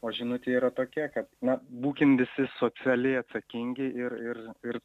o žinutė yra tokia kad na būkim visi socialiai atsakingi ir ir ir